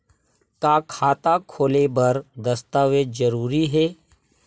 का खाता खोले बर दस्तावेज जरूरी हे?